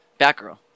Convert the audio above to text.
Batgirl